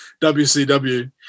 WCW